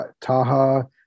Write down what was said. Taha